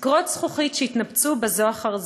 תקרות זכוכית שהתנפצו זו אחר זו.